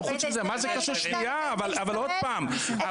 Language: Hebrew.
ואת ההסדרים האלה --- אבל עוד פעם,